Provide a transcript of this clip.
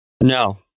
No